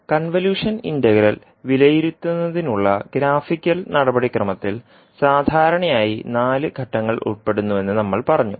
convolution integral വിലയിരുത്തുന്നതിനുള്ള graphical നടപടിക്രമത്തിൽ സാധാരണയായി നാല് ഘട്ടങ്ങൾ ഉൾപ്പെടുന്നുവെന്ന് നമ്മൾ പറഞ്ഞു